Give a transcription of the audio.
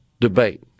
debate